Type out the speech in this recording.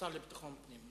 השר לביטחון פנים,